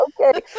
okay